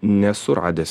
nesu radęs